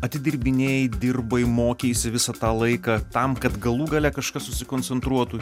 atidirbinėjai dirbai mokeisi visą tą laiką tam kad galų gale kažkas susikoncentruotų